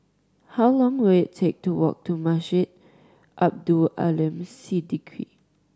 how long will it take to walk to Masjid Abdul Aleem Siddique